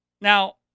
Now